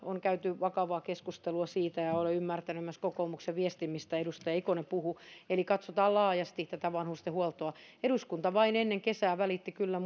on käyty vakavaa keskustelua ja olen ymmärtänyt myös kokoomuksen viestin mistä edustaja ikonen puhui eli katsotaan laajasti tätä vanhustenhuoltoa eduskunta vain ennen kesää kyllä